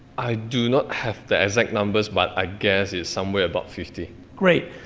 i do not have the exact numbers, but i guess it's somewhere about fifty. great,